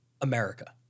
America